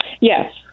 yes